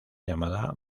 llamada